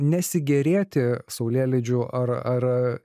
nesigėrėti saulėlydžiu ar ar